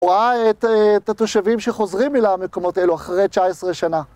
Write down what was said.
רואה את... את התושבים שחוזרים אל המקומות אלו אחרי 19 שנה.